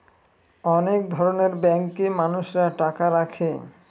অনেক ধরনের ব্যাঙ্কে মানুষরা টাকা রাখে